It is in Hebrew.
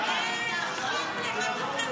חיכינו לך --- השר